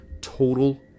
Total